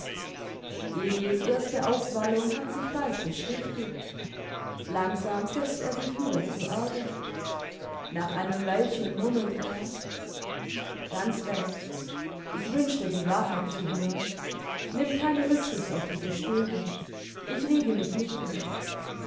emil's erste aufwallung hat sich bald beschwichtiget langsam setzt er sich wieder zur erde nach einem weilchen murmelt er ganz recht ich wünschte die wahrheit zu hören nimm keine rücksicht auf diese störung ich rege mich nicht mehr